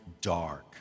dark